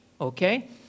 Okay